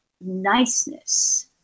Niceness